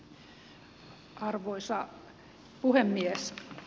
arvoisa puhemies